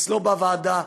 אצלו בוועדה,